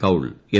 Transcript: Kaul M